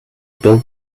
build